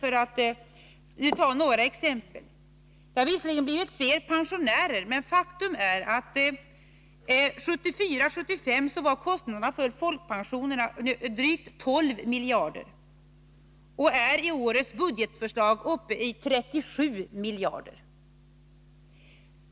Det har visserligen blivit fler pensionärer, men faktum är att 1974/75 var kostnaden för folkpensioner drygt 12 miljarder och i årets budgetförslag är den uppe i 37 miljarder.